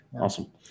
Awesome